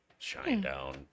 Shinedown